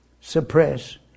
suppress